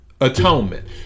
atonement